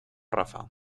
rafa